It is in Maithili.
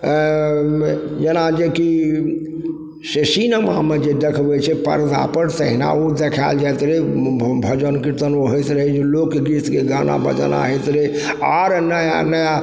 जेना जे कि से सिनेमामे जे देखबय छै पर्दापर तहिना ओ देखायल जाइत रहय भजन कीर्तन ओ होइत रहय जे लोकगीतके गाना बजाना होइत रहय आओर नया नया